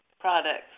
products